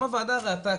הוועדה ראתה,